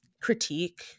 critique